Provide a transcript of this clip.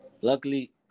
luckily